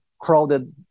crowded